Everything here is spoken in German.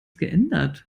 geändert